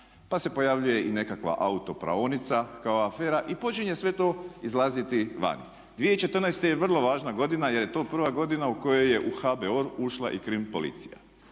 pa se pojavljuje i nekakva autopraonica kao afera i počinje sve to izlaziti vani. 2014.je vrlo važna godina jer je to prva godina u kojoj je u HBOR ušla i krim policija.